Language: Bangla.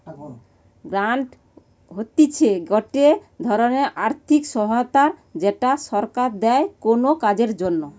গ্রান্ট হতিছে গটে ধরণের আর্থিক সহায়তা যেটা সরকার দেয় কোনো কাজের জন্যে